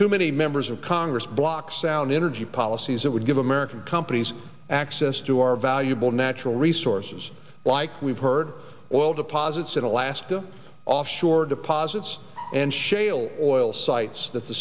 too many members of congress block sound energy policies that would give american companies access to our valuable natural resources like we've heard oil deposits in alaska offshore deposits and sha